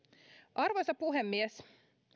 arvoisa puhemies